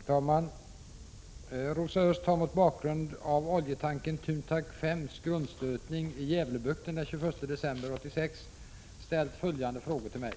Herr talman! Rosa Östh har mot bakgrund av oljetankern Thuntank 5:s grundstötning i Gävlebukten den 21 december 1986 ställt följande frågor till mig: